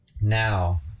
now